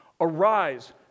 Arise